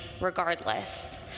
regardless